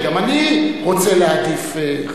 כי גם אני רוצה להעדיף חיילים.